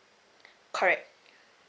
correct